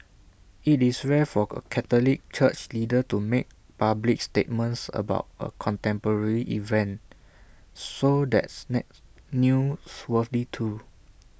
IT is rare for A Catholic church leader to make public statements about A contemporary event so that's nets newsworthy too